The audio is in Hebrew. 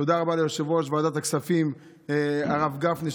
תודה רבה ליושב-ראש ועדת הכספים הרב גפני,